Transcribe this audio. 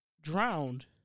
drowned